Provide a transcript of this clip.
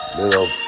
little